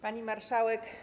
Pani Marszałek!